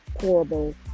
horrible